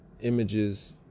images